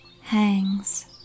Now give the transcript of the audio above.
hangs